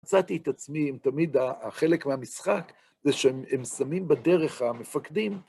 הצעתי את עצמי, תמיד החלק מהמשחק, זה שהם שמים בדרך המפקדים.